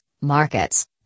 markets